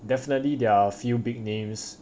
definitely there are a few big names